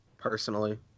personally